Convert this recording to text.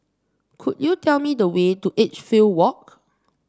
could you tell me the way to Edgefield Walk